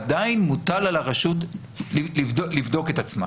עדיין מוטל על הרשות לבדוק את עצמה.